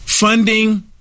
Funding